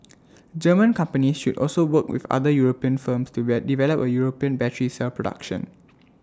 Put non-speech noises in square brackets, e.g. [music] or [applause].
German companies should also work with other european firms to [unintelligible] develop A european battery cell production